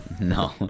no